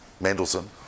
Mendelssohn